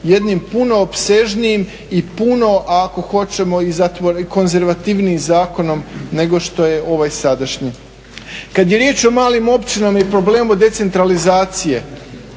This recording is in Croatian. jednim puno opsežnijim i jednim puno, ako hoćemo i zatvorenijim i konzervativnijim zakonom nego što je ovaj sadašnji. Kad je riječ o malim općinama i problemu decentralizacije,